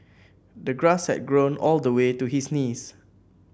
the grass had grown all the way to his knees